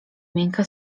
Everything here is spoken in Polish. miękka